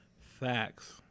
Facts